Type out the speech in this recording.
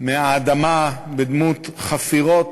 מהאדמה בדמות חפירות.